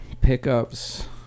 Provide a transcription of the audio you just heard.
pickups